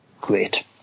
great